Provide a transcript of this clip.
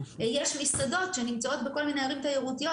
יש מסעדות שנמצאות בכל מיני ערים תיירותיות